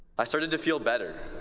i started to feel better.